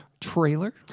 trailer